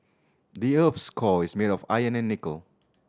the earth's core is made of iron and nickel